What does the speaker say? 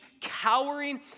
cowering